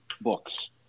books